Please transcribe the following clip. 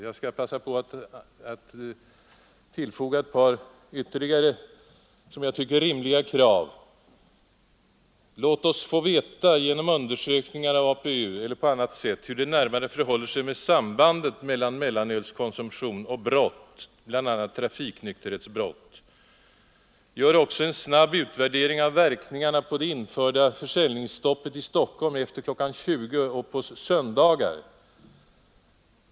Jag skall — när jag nu har ordet — passa på att tillfoga ytterligare ett par som jag tycker rimliga krav. Låt oss få veta, genom undersökningar av APU eller på annat sätt, hur det förhåller sig med sambandet mellan mellanölskonsumtion och brott, bl.a. trafikonykterhetsbrott! Gör också en snabb utvärdering av verkningarna av det införda försäljningsstoppet i Stockholm efter klockan 20 och på söndagar!